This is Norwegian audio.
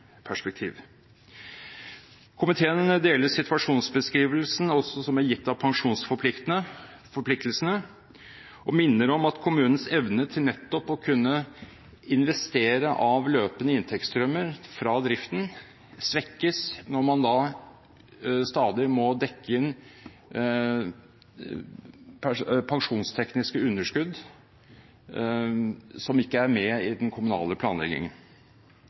Komiteen deler situasjonsbeskrivelsen som er gitt av pensjonsforpliktelsene, og minner om at kommunenes evne til nettopp å kunne investere av løpende inntektsstrømmer fra driften svekkes når man stadig må dekke inn pensjonstekniske underskudd som ikke er med i den kommunale planleggingen.